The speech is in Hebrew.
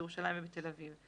בירושלים ובתל אביב".